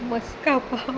मस्का पाव